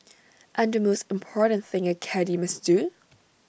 and the most important thing A caddie must do